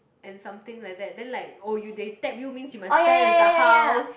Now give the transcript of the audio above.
and something like that then like oh you they tap you means you must stand as a house